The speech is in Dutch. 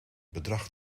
bedrag